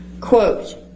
Quote